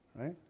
right